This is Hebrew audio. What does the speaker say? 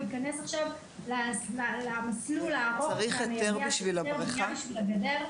הוא ייכנס עכשיו למסלול הארוך והמייגע של היתר בנייה בשביל הגדר?